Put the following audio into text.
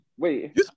Wait